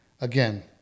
again